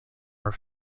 are